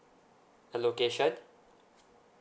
a location